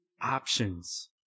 options